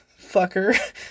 fucker